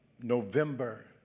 November